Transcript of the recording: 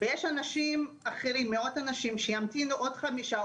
ויש מאות אנשים שימתינו עוד חמישה,